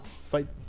fight